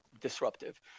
disruptive